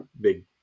big